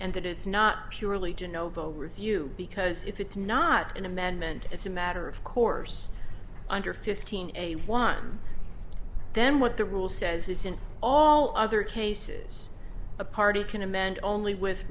that it's not purely to novo review because if it's not an amendment as a matter of course under fifteen a one then what the rule says is in all other cases a party can amend only with